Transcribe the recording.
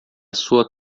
sua